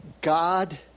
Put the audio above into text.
God